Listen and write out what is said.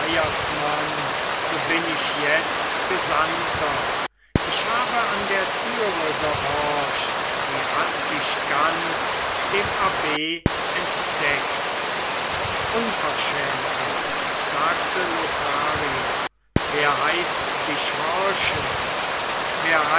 so bin ich jetzt gesandter ich habe an der türe gehorcht sie hat sich ganz dem abb entdeckt unverschämter sagte lothario wer heißt dich horchen